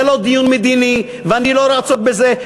זה לא דיון מדיני ואני לא רץ עוד בזה.